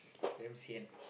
damn sian